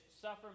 suffer